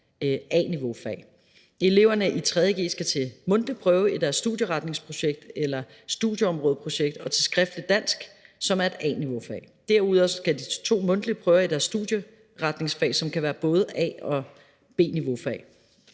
Eleverne i 3. g skal til mundtlig prøve i deres studieretningsprojekt eller studieområdeprojekt og i skriftlig dansk, som er et A-niveaufag. Derudover skal de til to mundtlige prøver i deres studieretningsfag, som kan være både A- og B-niveaufag.